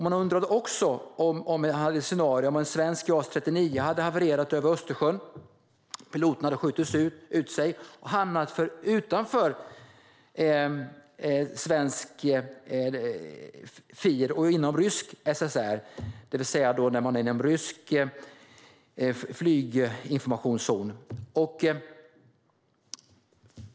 Man undrade också över ett scenario med en svensk JAS 39 som havererat över Östersjön där piloten skjutit ut sig och hamnat utanför svensk FIR och inom rysk SSR, det vill säga inom rysk flyginformationszon.